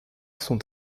son